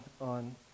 on